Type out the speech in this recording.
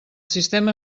sistema